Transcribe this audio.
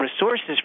resources